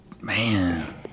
Man